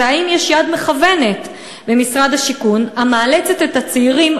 והאם יש יד מכוונת במשרד השיכון המאלצת את הצעירים,